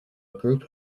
group